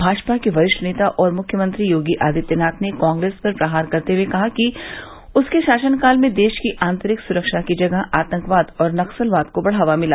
भाजपा के वरिष्ठ नेता और मुख्यमंत्री योगी आदित्यनाथ ने कांग्रेस पर प्रहार करते हुए कहा है कि उसके शासनकाल में देश की आंतरिक सुरक्षा की जगह आतंकवाद और नक्सलवाद को बढ़ावा मिला